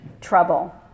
trouble